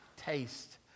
taste